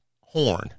horn